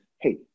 Hey